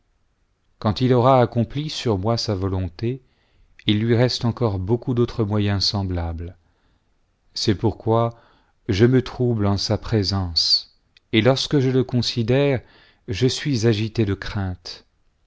quand il aura accompli sur moi sa volonté il lui reste encore beaucoup d'autres moyens semblables c'est pourquoi je me trouble en sa présence et lorsque je le considère je suis agité de crainte